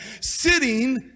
sitting